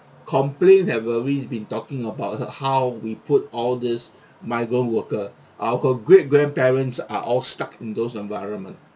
complain that were we been talking about uh how we put all these migrant worker our great-grandparents are all stuck in those environment